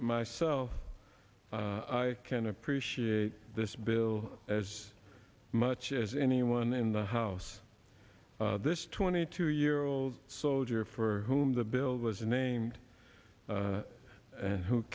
myself i can appreciate this bill as much as anyone in the house this twenty two year old soldier for whom the bill was named and who